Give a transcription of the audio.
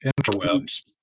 interwebs